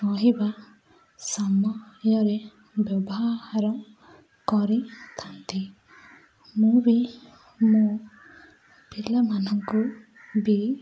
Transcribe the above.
କହିବା ସମୟରେ ବ୍ୟବହାର କରିଥାନ୍ତି ମୁଁ ବି ମୋ ପିଲାମାନଙ୍କୁ ବି